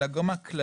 אלא גם הכללים,